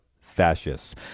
fascists